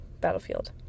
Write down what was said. battlefield